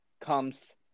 comes